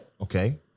Okay